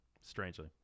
strangely